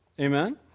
Amen